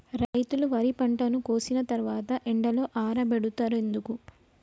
రైతులు వరి పంటను కోసిన తర్వాత ఎండలో ఆరబెడుతరు ఎందుకు?